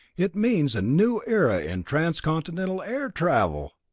it means a new era in transcontinental air travel!